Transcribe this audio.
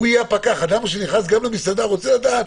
גם אדם שנכנס למסעדה, רוצה לדעת